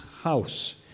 house